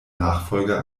nachfolger